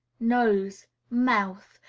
nose, mouth,